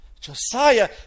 Josiah